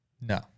No